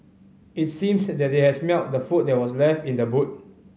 it seemed that they had smelt the food that were left in the boot